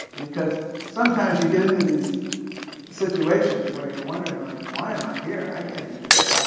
because sometimes you get into these situations where you're wondering like, why am i here? i can't do this.